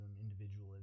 individualism